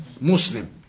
Muslim